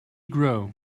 grow